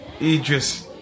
Idris